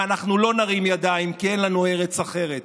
ואנחנו לא נרים ידיים, כי אין לנו ארץ אחרת.